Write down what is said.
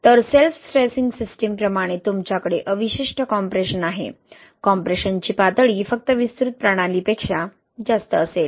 तर self stressing system प्रमाणे तुमच्याकडे अवशिष्ट कॉम्प्रेशन आहे कॉम्प्रेशनची पातळी फक्त विस्तृत प्रणालीपेक्षा जास्त असेल